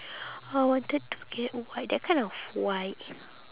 I wanted to get white that kind of white